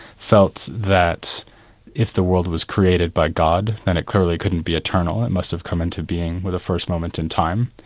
felt that if the world was created by god, then it clearly couldn't be eternal, it must have come into being with the first moment in time.